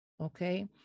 Okay